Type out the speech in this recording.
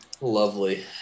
Lovely